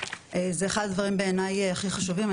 זה אחד הדברים בעיניי הכי חשובים.